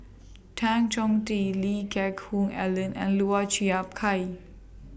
Tan Chong Tee Lee Geck Hoon Ellen and Lau Chiap Khai